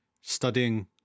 studying